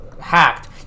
hacked